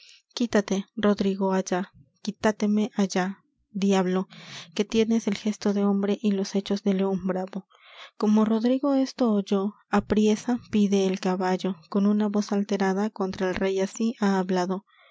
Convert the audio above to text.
quítate rodrigo allá quítateme allá diablo que tienes el gesto de hombre y los hechos de león bravo como rodrigo esto oyó apriesa pide el caballo con una voz alterada contra el rey así ha hablado